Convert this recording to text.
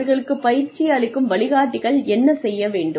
அவர்களுக்குப் பயிற்சி அளிக்கும் வழிகாட்டிகள் என்ன செய்ய வேண்டும்